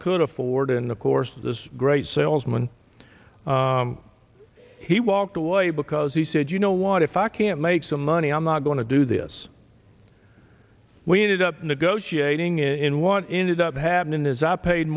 could afford in the course of this great salesman he walked away because he said you know what if i can't make some money i'm not going to do this we ended up negotiating in what ended up happening is i paid